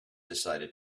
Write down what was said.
decided